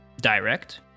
direct